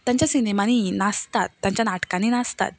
तांच्या सिनेमांनी नासतात तांच्या नाटकांनी नासतात